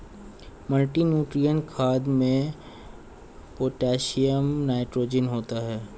multinutrient खाद में potassium nitrogen होता है